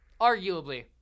Arguably